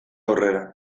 aurrera